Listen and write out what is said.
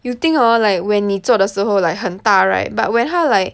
you think hor like when 你做的时候 like 很大 right but when 它 like